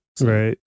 Right